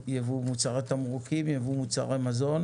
ייבוא מוצרי תמרוקים, ייבוא מוצרי מזון.